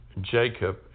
Jacob